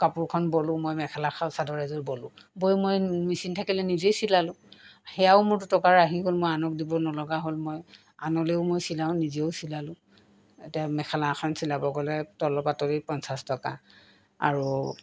কাপোৰখন বলোঁ মই মেখেলা চাদৰ এযোৰ বলোঁ বৈ মই মেচিন থাকিলে নিজেই চিলালোঁ সেয়াও মোৰ দুটকা ৰাহি হ'ল মই আনক দিব নলগা হ'ল মই আনলেও মই চিলাওঁ নিজেও চিলালোঁ এতিয়া মেখেলা এখন চিলাব গ'লে তলৰ পাতৰি পঞ্চাছ টকা আৰু